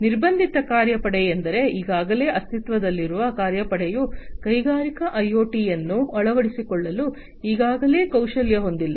ನಿರ್ಬಂಧಿತ ಕಾರ್ಯಪಡೆ ಎಂದರೆ ಈಗಾಗಲೇ ಅಸ್ತಿತ್ವದಲ್ಲಿರುವ ಕಾರ್ಯಪಡೆಯು ಕೈಗಾರಿಕಾ ಐಒಟಿಯನ್ನು ಅಳವಡಿಸಿಕೊಳ್ಳಲು ಈಗಾಗಲೇ ಕೌಶಲ್ಯ ಹೊಂದಿಲ್ಲ